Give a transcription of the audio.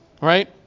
right